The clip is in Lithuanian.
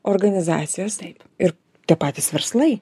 organizacijos ir tie patys verslai